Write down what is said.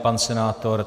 Pan senátor?